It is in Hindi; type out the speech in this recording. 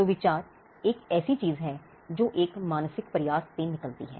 तो विचार एक ऐसी चीज है जो एक मानसिक प्रयास से निकलती है